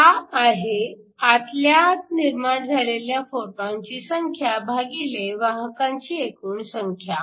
हा आहे आतल्या आत निर्माण झालेल्या फोटॉनची संख्या भागिले वाहकांची एकूण संख्या